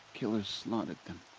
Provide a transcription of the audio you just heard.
killers slaughtered them.